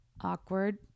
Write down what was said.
awkward